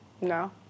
No